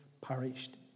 perished